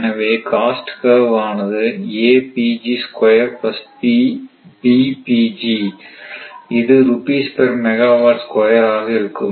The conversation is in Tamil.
எனவே காஸ்ட் கார்வ்வ் ஆனது இது ருபீஸ் பேர் மெகாவாட் ஸ்கொயர் ஆக இருக்கும்